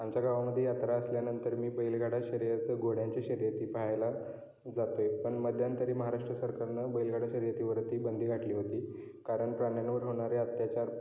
आमच्या गावामध्ये यात्रा असल्यानंतर मी बैलगाडा शर्यत घोड्यांची शर्यती पहायला जातो आहे पण मध्यंतरी महाराष्ट्र सरकारनं बैलगाडा शर्यतीवरती बंदी घातली होती कारण प्राण्यांवर होणारे अत्याचार